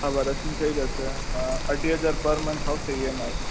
હા વર્ષની થઈ જશે અઢી હજાર પર મન્થ આવશે ઈએમઆઈ